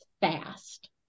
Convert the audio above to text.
fast